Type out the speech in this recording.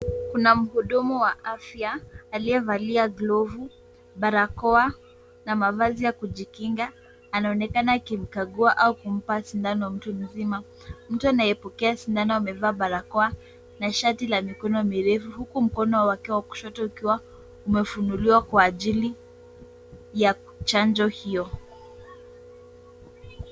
Kuna mhudumu wa afya aliyevalia glovu, barakoa na mavazi ya kujikinga anaonekana akimkagua au kumpa sindano mtu mzima. Mtu anayepokea sindano amevaa barakoa na shati la mikono mirefu huku mkono wake wa kushoto ukiwa umefunuliwa kwa ajili ya chanjo hiyo.